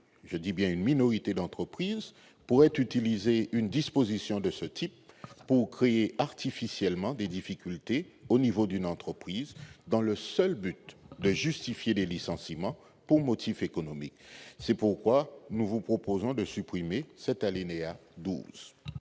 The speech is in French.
je dis bien une minorité d'entreprises pourraient utiliser une disposition de ce type au créer artificiellement des difficultés au niveau d'une entreprise dans le seul but de justifier les licenciements pour motif économique, c'est pourquoi nous vous proposons de supprimer cet alinéa 12.